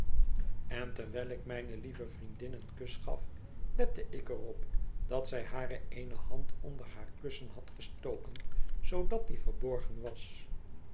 en terwijl ik mijne lieve vriendin een kus gaf lette ik er op dat zij hare eene hand onder haar kussen had gestoken zoodat die verborgen was